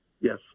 Yes